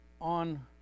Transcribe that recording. on